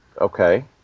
Okay